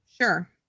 sure